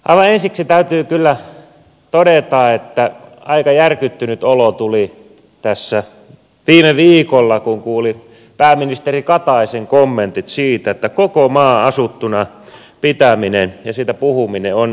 aivan ensiksi täytyy kyllä todeta että aika järkyttynyt olo tuli tässä viime viikolla kun kuuli pääministeri kataisen kommentit siitä että koko maan asuttuna pitäminen ja siitä puhuminen on vanhahtavaa